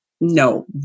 No